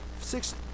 Six